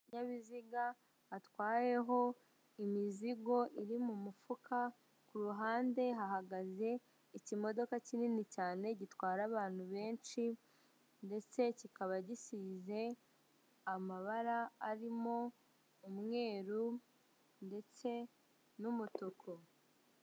ikinyabiziga atwayeho imizigo iri mu mufuka, ku ruhande hahagaze ikimodoka kinini cyane gitwara abantu benshi ndetse kikaba gisize amabara arimo umweru ndetse n'umutuku.